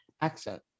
accent